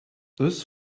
this